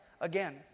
again